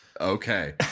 Okay